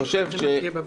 --- בבחירות,